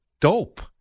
dope